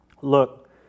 look